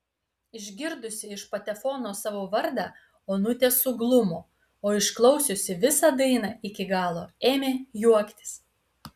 išgirdusi iš patefono savo vardą onutė suglumo o išklausiusi visą dainą iki galo ėmė juoktis